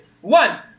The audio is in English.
one